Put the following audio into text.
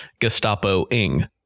Gestapoing